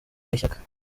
y’ishyaka